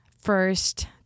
first